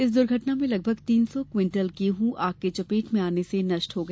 इस दुर्घटना में लगभग तीन सौ कुंटल गेहूं आग की चपेट में आने से नष्ट हो गया